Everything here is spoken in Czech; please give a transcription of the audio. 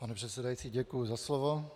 Pane předsedající, děkuji za slovo.